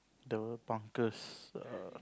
the win punctures